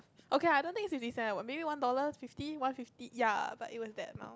okay ah I don't it's fifty cents ah maybe one dollar fifty one fifty but ya but it was that amount